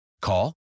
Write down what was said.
Call